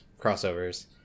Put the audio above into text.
crossovers